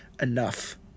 enough